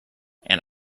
and